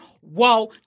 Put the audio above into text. Whoa